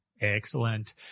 Excellent